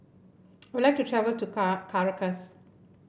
I would like to travel to Car Caracas